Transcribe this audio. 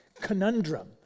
conundrum